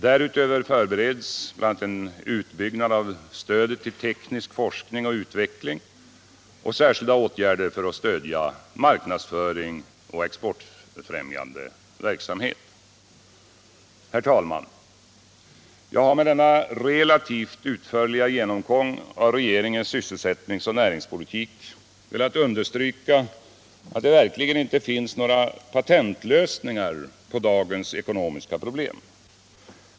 Därutöver förbereds bl.a. en utbyggnad av stödet till teknisk forskning och utveckling och särskilda åtgärder för att stödja marknadsföring och exportfrämjande verksamhet. Herr talman! Jag har med denna relativt utförliga genomgång av regeringens sysselsättningsoch näringspolitik velat understryka att det verkligen inte finns några patentlösningar på dagens ekonomiska problem.